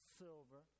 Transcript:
silver